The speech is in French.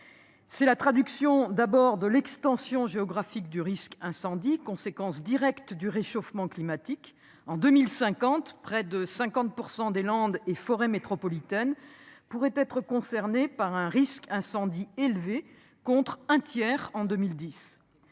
C'est la traduction d'abord de l'extension géographique du risque incendie, conséquence directe du réchauffement climatique en 2050 près de 50% des landes et forêts métropolitaine pourraient être concernés par un risque incendie élevé contre un tiers en 2010